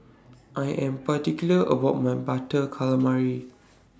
I Am particular about My Butter Calamari